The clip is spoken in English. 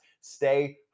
Stay